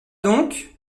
donc